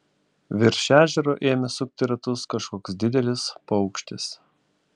virš ežero ėmė sukti ratus kažkoks didelis paukštis